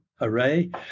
array